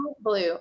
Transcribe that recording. Blue